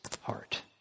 heart